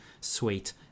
sweet